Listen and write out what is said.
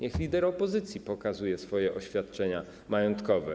Niech lider opozycji pokazuje swoje oświadczenia majątkowe.